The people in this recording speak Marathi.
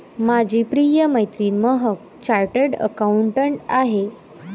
माझी प्रिय मैत्रीण महक चार्टर्ड अकाउंटंट आहे